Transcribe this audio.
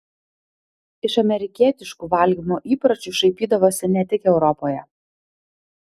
iš amerikietiškų valgymo įpročių šaipydavosi ne tik europoje